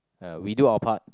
uh we do our part